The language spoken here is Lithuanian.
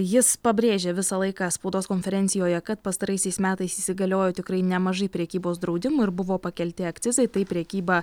jis pabrėžia visą laiką spaudos konferencijoje kad pastaraisiais metais įsigaliojo tikrai nemažai prekybos draudimų ir buvo pakelti akcizai tai prekyba